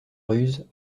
ruse